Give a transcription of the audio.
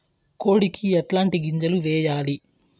కోడికి ఎట్లాంటి గింజలు వేయాలి?